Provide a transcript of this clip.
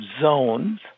zones